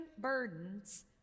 burdens